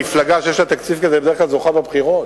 מפלגה שיש לה תקציב כזה בדרך כלל זוכה בבחירות,